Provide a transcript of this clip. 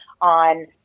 on